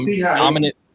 dominant –